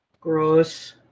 Gross